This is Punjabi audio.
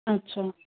ਅੱਛਾ